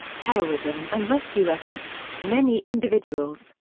heroism and rescue efforts many individuals,